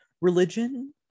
religion